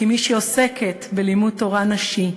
כמי שעוסקת בלימוד תורה נשי,